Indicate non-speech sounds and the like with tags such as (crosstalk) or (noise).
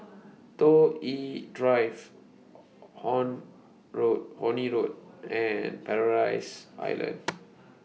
Toh Yi Drive (unintelligible) Honey Road Horne Road and Paradise Island